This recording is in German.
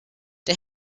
der